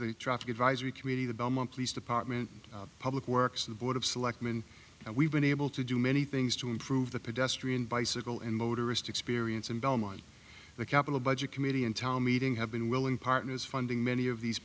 the traffic advisory committee the belmont police department public works the board of selectmen and we've been able to do many things to improve the pedestrian bicycle and motorists experience in belmont the capital budget committee in town meeting have been willing partners funding many of these